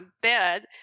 bed